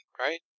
right